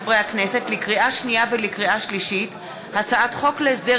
לקריאה שנייה ולקריאה שלישית: הצעת חוק להסדר